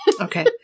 Okay